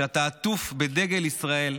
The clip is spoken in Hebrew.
כשאתה עטוף בדגל ישראל,